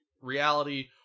reality